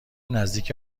نزدیک